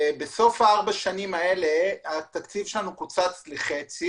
בסוף 4 השנים האלה התקציב שלנו קוצץ לחצי